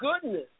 goodness